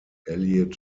allied